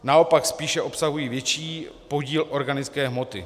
Naopak spíše obsahují větší podíl organické hmoty.